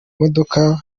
modoka